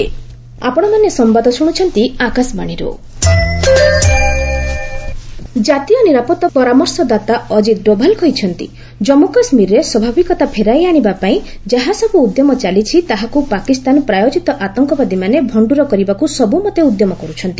NSA Pak terror ଜାତୀୟ ନିରାପତ୍ତା ପରାମର୍ଶଦାତା ଅଳିତ୍ ଡୋଭାଲ୍ କହିଛନ୍ତି ଜନ୍ମ କାଶ୍ମୀରରେ ସ୍ୱାଭାବିକତା ଫେରାଇ ଆଶିବା ପାଇଁ ଯାହାସବ୍ର ଉଦ୍ୟମ ଚାଲିଛି ତାହାକୁ ପାକିସ୍ତାନ ପ୍ରାୟୋଜିତ ଆତଙ୍କବାଦୀମାନେ ଭଣ୍ଟୁର କରିବାକୁ ସବୁମନ୍ତେ ଉଦ୍ୟମ କରୁଛନ୍ତି